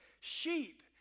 Sheep